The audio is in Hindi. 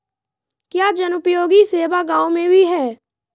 क्या जनोपयोगी सेवा गाँव में भी है?